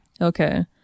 Okay